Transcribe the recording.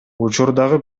учурдагы